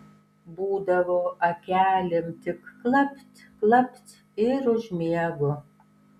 būdavo akelėm tik klapt klapt ir užmiegu